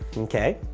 okay?